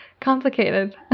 Complicated